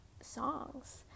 songs